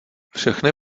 všechny